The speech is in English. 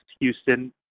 Houston